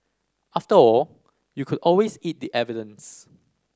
after all you could always eat the evidence